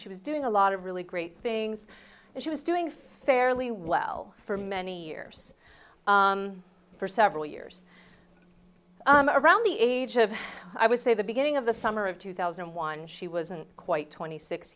she was doing a lot of really great things and she was doing fairly well for many years for several years around the age of i would say the beginning of the summer of two thousand and one she wasn't quite twenty six